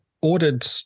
ordered